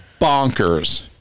bonkers